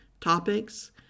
topics